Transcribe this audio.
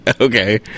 Okay